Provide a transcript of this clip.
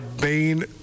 main